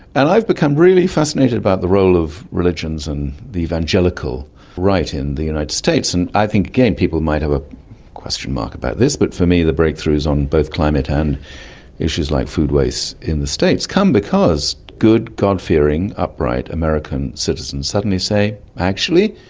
and i've become really fascinated by the role of religions and the evangelical right in the united states. and i think, again, people might have a question mark about this, but for me the breakthroughs on both climate and issues like food waste in the states come because good god-fearing upright american citizens suddenly say, actually,